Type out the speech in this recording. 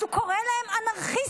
אז הוא קורא להם "אנרכיסטים"